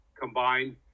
combined